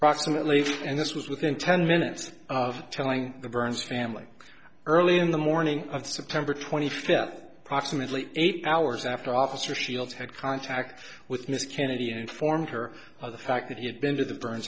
allegation proximately and this was within ten minutes of telling the burns family early in the morning of september twenty fifth approximately eight hours after officer shields had contact with miss kennedy and informed her of the fact that he had been to the burn